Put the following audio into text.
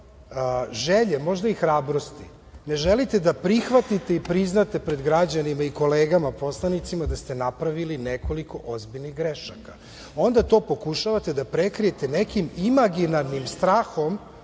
želje, možda i hrabrosti, ne želite da prihvatite i priznate pred građanima i kolegama poslanicima da ste napravili nekoliko ozbiljnih grešaka. Onda to pokušavate da prekrijete nekim imaginarnim strahom